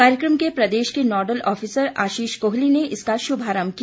कार्यक्रम के प्रदेश के नोडल ऑफिसर आशीष कोहली ने इसका शुभारंभ किया